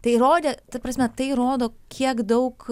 tai rodė ta prasme tai rodo kiek daug